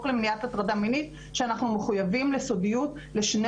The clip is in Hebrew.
למניעת הטרדה מינית שאנחנו מחויבים לסודיות לשני